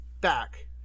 back